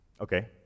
Okay